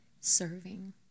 serving